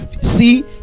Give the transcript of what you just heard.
see